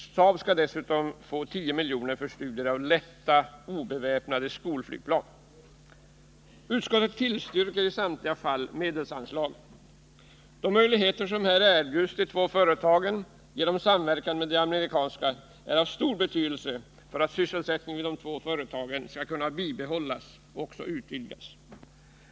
Saab skall därjämte få 10 milj.kr. för studier av lätta, obeväpnade skolflygplan. Utskottet tillstyrker i samtliga fall medelsanslagen. De möjligheter som här erbjuds de två företagen genom samverkan med de amerikanska är av stor betydelse för att sysselsättningen vid de två företagen skall kunna bibehållas och utvidgas.